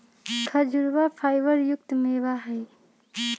खजूरवा फाइबर युक्त मेवा हई